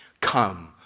come